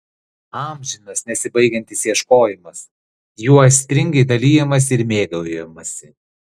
amžinas nesibaigiantis ieškojimas juo aistringai dalijamasi ir mėgaujamasi